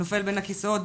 נופל בין הכיסאות,